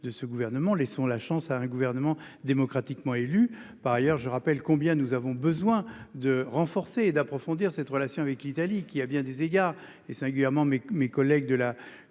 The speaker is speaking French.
de ce gouvernement, laissons la chance à un gouvernement démocratiquement élu, par ailleurs, je rappelle combien nous avons besoin de renforcer et d'approfondir cette relation avec l'Italie qui, à bien des égards, et singulièrement mes, mes collègues de la